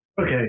Okay